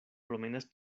promenas